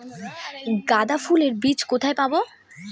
গাঁদা ফুলের বীজ কোথায় পাবো?